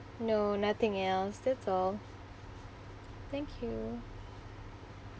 no nothing else that's all thank you